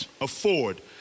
afford